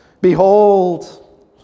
Behold